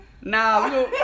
Nah